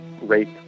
rape